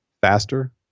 faster